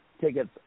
tickets